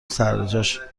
سرجاشه